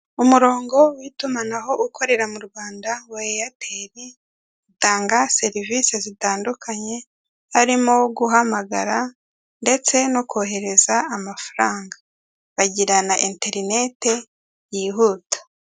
Umurongo w'itumanaho ukorera mu Rwanda wa eyateri utanga serivisi zitandukanye harimo wo guhamagara, ndetse no kohereza amafaranga, bagirana interinete yihuta.